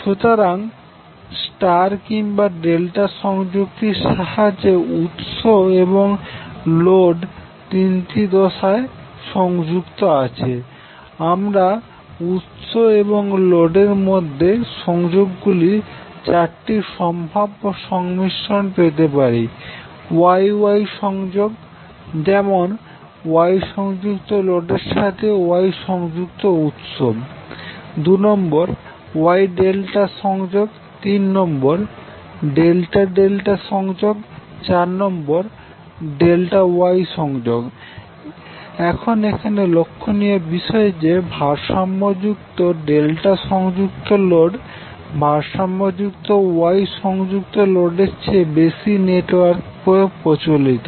সুতরাং স্টার কিংবা ডেল্টা সংযুক্তির সাহায্যে উৎস এবং লোড তিনটি দশায় সংযুক্ত আছে আমরা উৎস এবং লোডের মধ্যে সংযোগ গুলির চারটি সম্ভাব্য সংমিশ্রণ পেতে পারি 1 Y Y সংযোগ যেমন Y সংযুক্ত লোডের সাথে Y সংযুক্ত উৎস 2 Y ∆ সংযোগ 3 ∆∆ সংযোগ 4∆ Y সংযোগ এখন এখানে লক্ষণীয় বিষয় যে ভারসাম্য যুক্ত ∆ সংযুক্ত লোড ভারসাম্য যুক্ত Y সংযুক্ত লোডের চেয়ে বেশি নেটওয়ার্কে প্রচলিত